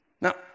Now